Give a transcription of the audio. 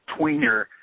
tweener